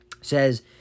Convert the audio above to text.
says